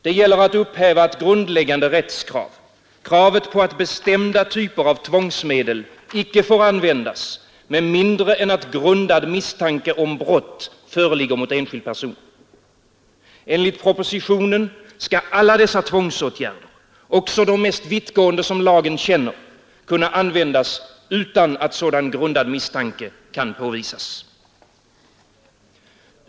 Det gäller att upphäva ett grundläggande rättskrav, kravet på att bestämda typer av tvångsmedel icke får användas med mindre än att grundad misstanke om brott föreligger mot enskild person. Enligt propositionen skall alla dessa tvångsåtgärder, också de mest vittgående som lagen känner, kunna användas utan att sådan grundad misstanke kan påvisas.